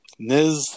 Niz